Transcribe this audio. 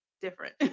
different